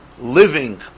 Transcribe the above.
living